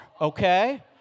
okay